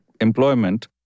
employment